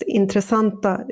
intressanta